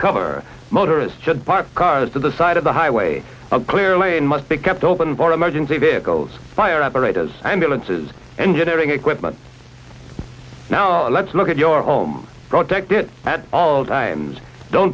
cover motorists should park cars to the side of the highway clear lane must be kept open for emergency vehicles fire operators ambulances engineering equipment now let's look at your home protect it at all times don't